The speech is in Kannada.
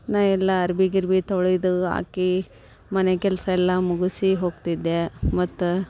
ನಾನು ಎಲ್ಲ ಅರ್ವಿ ಗಿರ್ಬಿ ತೊಳೆದು ಹಾಕಿ ಮನೆ ಕೆಲಸ ಎಲ್ಲ ಮುಗಿಸಿ ಹೋಗ್ತಿದ್ದೆ ಮತ್ತು